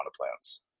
plants